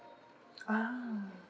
ah